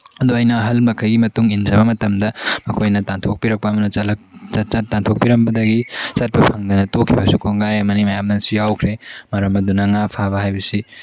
ꯑꯗꯨ ꯑꯩꯅ ꯑꯍꯜ ꯃꯈꯩꯒꯤ ꯃꯇꯨꯡ ꯏꯟꯖꯕ ꯃꯇꯝꯗ ꯃꯈꯣꯏꯅ ꯇꯥꯟꯊꯣꯛꯄꯤꯔꯛꯄ ꯇꯥꯟꯊꯣꯛꯄꯤꯔꯝꯕꯗꯒꯤ ꯆꯠꯄ ꯐꯪꯗꯅ ꯇꯣꯛꯈꯤꯕꯁꯨ ꯀꯣꯡꯒꯥꯏ ꯑꯃꯅꯤ ꯃꯌꯥꯝꯅꯁꯨ ꯌꯥꯎꯈ꯭ꯔꯦ ꯃꯔꯝ ꯑꯗꯨꯅ ꯉꯥ ꯐꯥꯕ ꯍꯥꯏꯕꯁꯤ